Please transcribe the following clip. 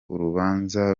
urubanza